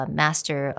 master